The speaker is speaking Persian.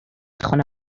خانواده